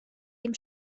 dem